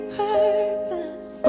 purpose